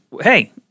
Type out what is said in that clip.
hey